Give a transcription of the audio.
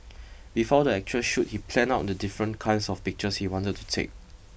before the actual shoot he planned out the different kinds of pictures he wanted to take